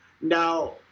now